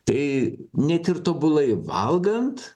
tai net ir tobulai valgant